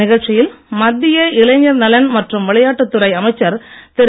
நிகழ்ச்சியில் மத்திய இளைஞர் நலன் மற்றும் விளையாட்டுத் துறை அமைச்சர் திரு